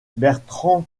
bertrand